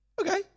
okay